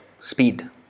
speed